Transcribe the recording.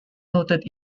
noted